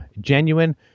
genuine